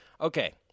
Okay